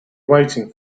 waiting